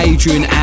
Adrian